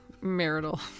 marital